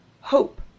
hope